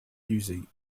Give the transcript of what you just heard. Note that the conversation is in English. using